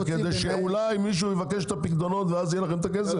כדי שאולי מישהו יבקש את הפיקדונות ואז יהיה לכם את הכסף?